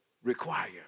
Require